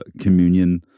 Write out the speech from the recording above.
communion